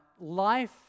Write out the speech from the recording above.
life